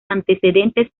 antecedentes